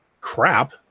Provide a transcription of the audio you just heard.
crap